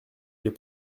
les